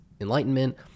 enlightenment